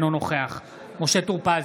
אינו נוכח משה טור פז,